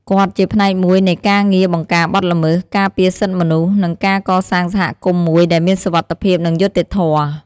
គាត់ជាផ្នែកមួយនៃការងារបង្ការបទល្មើស ការពារសិទ្ធិមនុស្ស និងការកសាងសហគមន៍មួយដែលមានសុវត្ថិភាព និងយុត្តិធម៌។